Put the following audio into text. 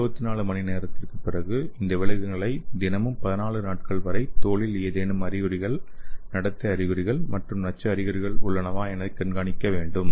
24 மணி நேரத்திற்குப் பிறகு இந்த விலங்குகளை தினமும் 14 நாட்கள் வரை தோலில் ஏதேனும் அறிகுறிகள் நடத்தை அறிகுறிகள் மற்றும் நச்சு அறிகுறிகள் உள்ளனவா என கண்காணிக்க வேண்டும்